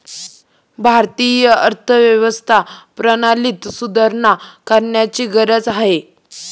भारतीय अर्थव्यवस्था प्रणालीत सुधारणा करण्याची गरज आहे